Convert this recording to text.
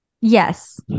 Yes